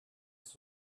ist